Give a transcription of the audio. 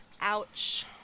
Ouch